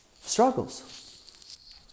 struggles